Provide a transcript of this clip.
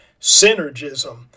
synergism